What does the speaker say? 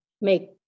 make